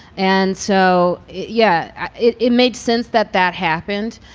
and so yeah it it made sense that that happened.